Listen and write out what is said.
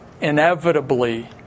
inevitably